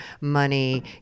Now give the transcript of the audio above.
money